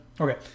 okay